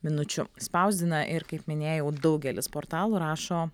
minučių spausdina ir kaip minėjau daugelis portalų rašo